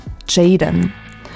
Jaden